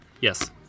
Yes